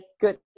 good